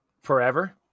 Forever